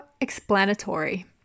explanatory